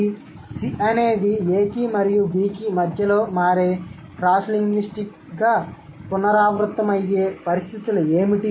C అనేది A కి మరియు B కి మధ్యలోకి మారే క్రాస్లింగ్విస్టిక్గా పునరావృతమయ్యే పరిస్థితులు ఏమిటి